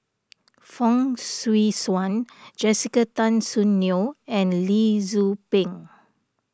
Fong Swee Suan Jessica Tan Soon Neo and Lee Tzu Pheng